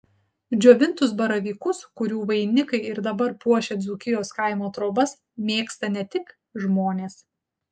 džiovintus baravykus kurių vainikai ir dabar puošia dzūkijos kaimo trobas mėgsta ne tik žmonės